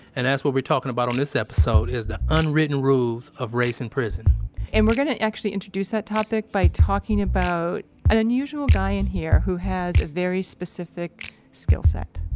and that's what we're talking about on this episode is the unwritten rules of race in prison and we're gonna actually introduce that topic by talking about an unusual guy in here who has a very specific skill set